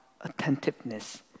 attentiveness